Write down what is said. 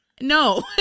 No